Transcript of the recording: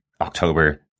October